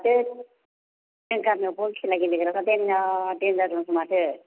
माथो जों गामिआव बल खेला गेलेग्राफ्रा देनजार देनजार दंसै माथो